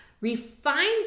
Refined